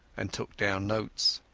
and took down notes.